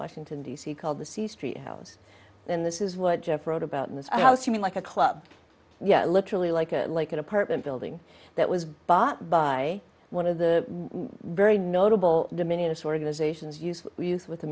washington d c called the c street house and this is what jeff wrote about in this house you mean like a club yeah literally like a like an apartment building that was bought by one of the very notable dominionist organizations use we use with a